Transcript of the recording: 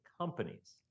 companies